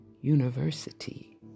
University